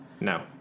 No